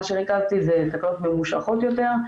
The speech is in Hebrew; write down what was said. מה שריכזתי זה תקלות ממושכות יותר,